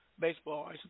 Baseball